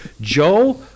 joe